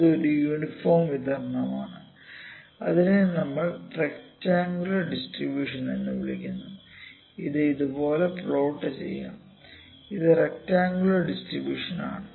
ഇത് ഒരു യൂണിഫോം വിതരണമാണ് അതിനെ നമ്മൾ റെക്ടറാങ്കുലർ ഡിസ്ട്രിബൂഷൻ എന്ന് വിളിക്കുന്നു ഇത് ഇതുപോലെ പ്ലോട്ട് ചെയ്യാം ഇത് റെക്ടറാങ്കുലർ ഡിസ്ട്രിബൂഷൻ ആണ്